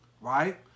right